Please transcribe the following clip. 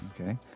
Okay